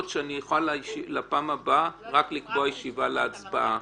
שאני אוכל לפעם הבאה רק לקבוע ישיבה להצבעה.